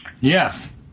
Yes